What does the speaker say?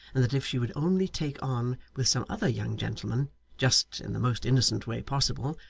and that if she would only take on with some other young gentleman just in the most innocent way possible,